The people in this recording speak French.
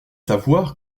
savoir